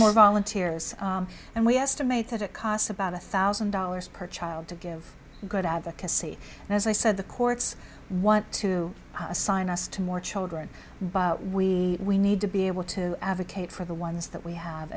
more volunteers and we estimate that it costs about one thousand dollars per child to give good advocacy and as i said the courts what to assign us to more children by we we need to be able to advocate for the one it's that we